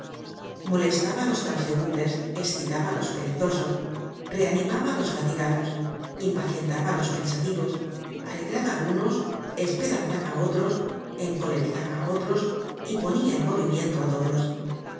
molestaba á los transeuntes escitaba á los perezosos reanimaba á los fatigados impacientaba á los pensativos alegraba á unos esperanzaba á otros encolerizaba á otros y ponia en movimiento á todos